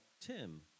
Tim